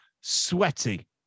sweaty